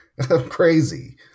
Crazy